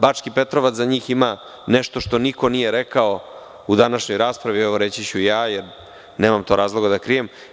Bački Petrovac za njih ima nešto što niko nije rekao u današnjoj raspravi, evo reći ću ja jer nemam razloga da krijem.